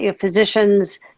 physicians